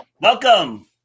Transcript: Welcome